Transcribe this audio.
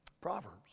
Proverbs